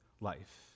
life